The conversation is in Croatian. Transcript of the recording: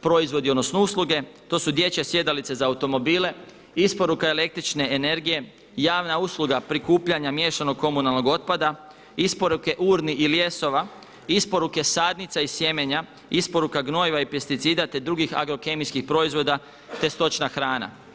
proizvodi odnosno usluge to su dječje sjedalice za automobile, isporuka električne energije, javna usluga prikupljanja miješanog komunalnog otpada, isporuke urni i ljesova, isporuke sadnica i sjemenja, isporuka gnojiva i pesticida te drugih agrokemijskih proizvoda te stočna hrana.